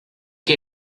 que